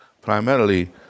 primarily